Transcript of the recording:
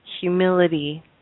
humility